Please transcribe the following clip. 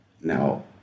Now